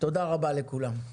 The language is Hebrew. תודה רבה לכולם.